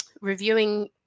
reviewing